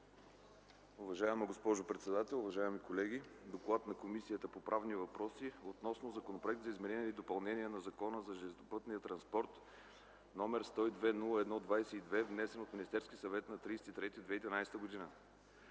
Уважаема госпожо председател, уважаеми колеги! „ДОКЛАД на Комисията по правни въпроси относно Законопроект за изменение и допълнение на Закона за железопътния транспорт № 102-01-22, внесен от Министерския съвет на 30 март